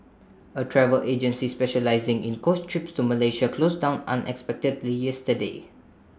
A travel agency specialising in coach trips to Malaysia closed down unexpectedly yesterday